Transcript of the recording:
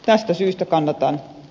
tästä syystä kannatan ed